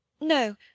No